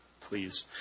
please